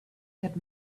had